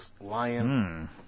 lion